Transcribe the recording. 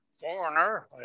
foreigner